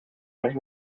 més